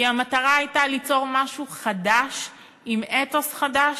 כי המטרה הייתה ליצור משהו חדש עם אתוס חדש,